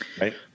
right